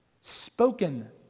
Spoken